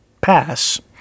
pass